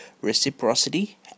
reciprocity